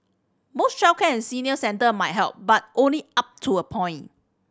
more childcare senior centre might help but only up to a point